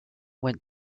went